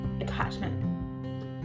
attachment